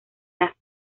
las